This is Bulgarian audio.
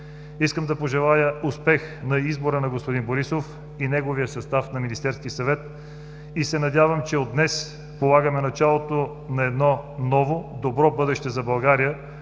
Искам да пожелая успех на избора на господин Борисов и неговия състав на Министерски съвет и се надявам, че от днес полагаме началото на едно ново, добро бъдеще за България.